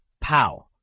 Pow